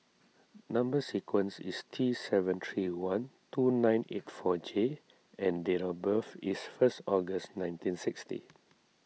Number Sequence is T seven three one two nine eight four J and date of birth is first August nineteen sixty